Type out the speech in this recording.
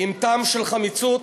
עם טעם של חמיצות,